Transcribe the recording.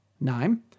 Nine